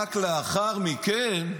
רק לאחר מכן,